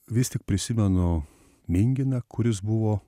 vis tik prisimenu minginą kuris buvo